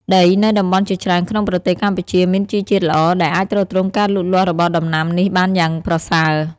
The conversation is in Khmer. ដីនៅតំបន់ជាច្រើនក្នុងប្រទេសកម្ពុជាមានជីជាតិល្អ ដែលអាចទ្រទ្រង់ការលូតលាស់របស់ដំណាំនេះបានយ៉ាងប្រសើរ។